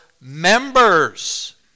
members